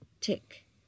tick